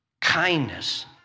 kindness